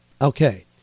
Okay